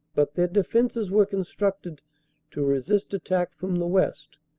but their defenses were con structed to resist attack from the west,